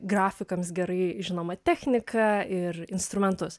grafikams gerai žinomą techniką ir instrumentus